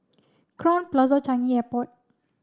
Crowne Plaza Changi Airport